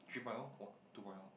three point O what two point O